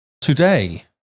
Today